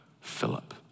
Philip